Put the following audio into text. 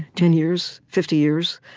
ten years? fifty years?